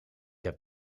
heb